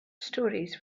stories